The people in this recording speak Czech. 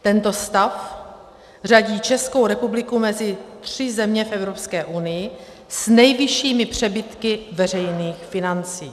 Tento stav řadí Českou republiku mezi tři země v Evropské unii s nejvyššími přebytky veřejných financí.